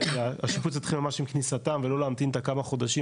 השיפוץ יתחיל ממש עם כניסתם ולא להמתין כמה חודשים,